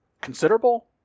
considerable